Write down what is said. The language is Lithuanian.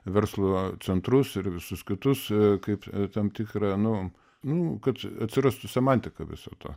verslo centrus ir visus kitus kaip tam tikrą nu nu kad atsirastų semantika viso to